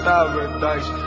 Paradise